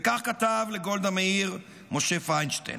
וכך כתב לגולדה מאיר משה פיינשטיין: